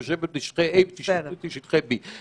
בטחי A ושטחי B. בסדר.